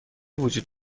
وجود